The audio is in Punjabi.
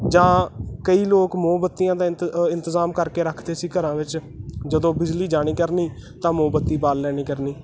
ਜਾਂ ਕਈ ਲੋਕ ਮੋਮਬੱਤੀਆਂ ਦਾ ਇੰਤ ਇੰਤਜ਼ਾਮ ਕਰਕੇ ਰੱਖਦੇ ਸੀ ਘਰਾਂ ਵਿੱਚ ਜਦੋਂ ਬਿਜਲੀ ਜਾਣੀ ਕਰਨੀ ਤਾਂ ਮੋਮਬੱਤੀ ਬਾਲ ਲੈਣੀ ਕਰਨੀ